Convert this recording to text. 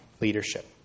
leadership